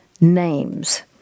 names